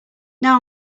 now